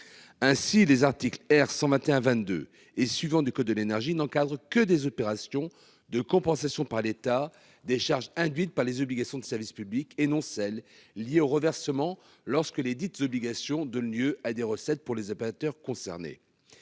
Ainsi les articles R 121 22 et suivants du code de l'énergie n'encadre que des opérations de compensation par l'État des charges induites par les obligations de service public et non celles liées au reversements lorsque les dites obligations de lieu à des recettes pour les opérateurs concernés.